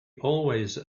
always